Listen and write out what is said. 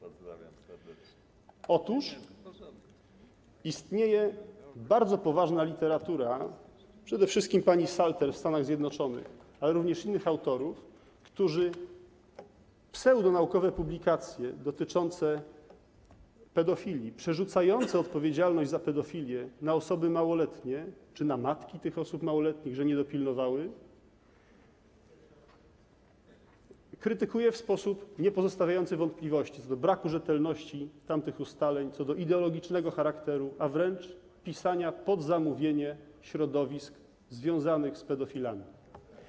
Otóż istnieje bardzo poważna literatura - przede wszystkim pani Salter w Stanach Zjednoczonych, ale również innych autorów - która pseudonaukowe publikacje dotyczące pedofilii, przerzucające odpowiedzialność za pedofilię na osoby małoletnie czy na matki tych osób małoletnich, że nie dopilnowały, krytykuje w sposób niepozostawiający wątpliwości co do braku rzetelności tamtych ustaleń, co do ideologicznego charakteru, a wręcz pisania pod zamówienie środowisk związanych z pedofilami.